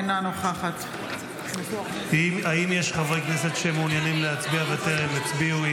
אינה נוכחת האם יש חברי כנסת שמעוניינים להצביע וטרם הצביעו?